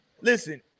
listen